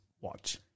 watch